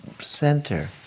center